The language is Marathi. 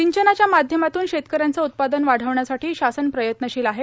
सिंचनाच्या माध्यमातून शेतक यांचे उत्पादन वाढविण्यासाठी शासन प्रयत्नशील आहे